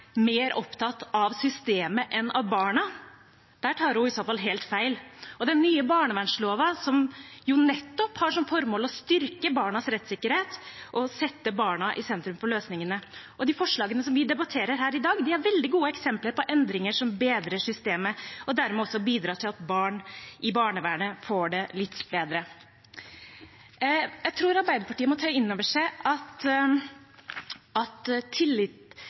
mer opptatt av systemet enn av barna? Der tar hun i så fall helt feil. Den nye barnevernsloven har nettopp som formål å styrke barnas rettssikkerhet og sette barna i sentrum for løsningene. De forslagene som vi debatterer her i dag, er veldig gode eksempler på endringer som bedrer systemet og dermed også bidrar til at barn i barnevernet får det litt bedre. Jeg tror Arbeiderpartiet må ta inn over seg at disse feilslåtte utsagnene bidrar til at